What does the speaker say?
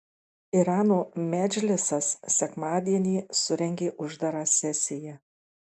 irano medžlisas sekmadienį surengė uždarą sesiją